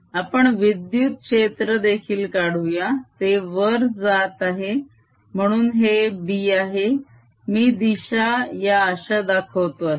आपण विद्युत क्षेत्र देखील काढूया ते वर जात आहे म्हणून हे B आहे मी दिशा या अश्या दाखवतो आहे